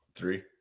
Three